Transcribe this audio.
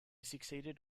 succeeded